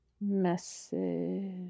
Message